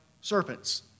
serpents